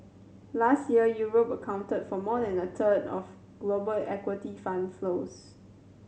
last year Europe accounted for more than a third of global equity fund flows